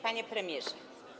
Panie Premierze!